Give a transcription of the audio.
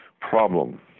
problem